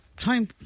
Time